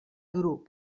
grup